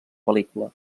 pel·lícula